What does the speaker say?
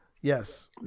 Yes